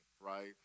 right